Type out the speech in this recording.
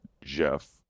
jeff